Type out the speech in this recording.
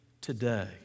today